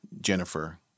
Jennifer